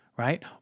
right